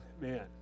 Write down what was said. man